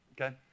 okay